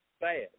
bad